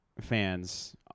fans